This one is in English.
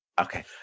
Okay